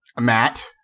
Matt